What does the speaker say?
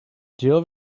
deal